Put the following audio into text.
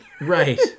Right